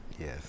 Yes